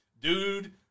Dude